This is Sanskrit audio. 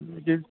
किञ्चिद्